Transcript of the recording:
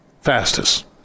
Fastest